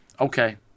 Okay